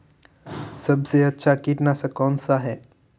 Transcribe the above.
सबसे अच्छा कीटनाशक कौनसा है?